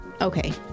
Okay